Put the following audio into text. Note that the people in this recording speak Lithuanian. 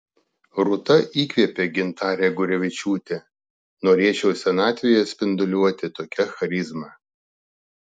rūta įkvėpė gintarę gurevičiūtę norėčiau senatvėje spinduliuoti tokia charizma